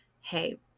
Hey